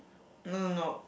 no no no